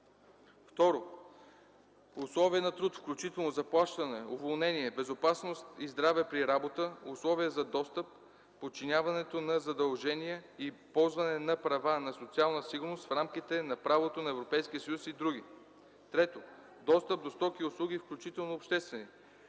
3; 2. условия на труд, включително заплащане, уволнение, безопасност и здраве при работа, условията за достъп, подчиняването на задължения и ползване на права на социална сигурност в рамките на правото на Европейския съюз и други; 3. достъп до стоки и услуги, включително обществени;